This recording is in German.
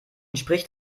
spricht